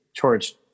George